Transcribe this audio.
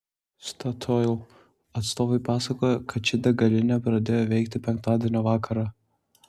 statoil atstovai pasakojo kad ši degalinė pradėjo veikti penktadienio vakarą